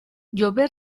llover